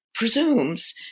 presumes